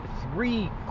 three